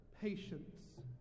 patience